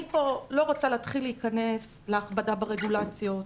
אני לא רוצה להתחיל להיכנס להכבדה ברגולציות,